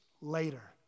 later